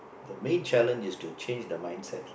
the main challenge is to change the mindset